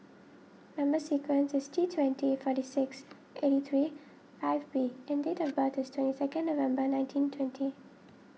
Number Sequence is T twenty forty six eighty three five B and date of birth is twenty second November nineteen twenty